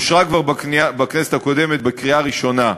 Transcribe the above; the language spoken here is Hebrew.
אושרה כבר בכנסת הקודמת בקריאה ראשונה.